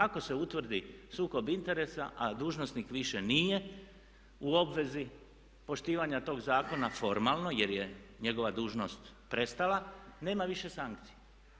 Ako se utvrdi sukob interesa a dužnosnik više nije u obvezi poštivanja tog zakona formalno jer je njegova dužnost prestala, nema više sankcija.